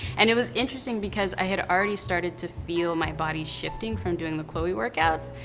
and it was interesting because i had already started to feel my body shifting from doing the chloe workouts.